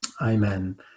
Amen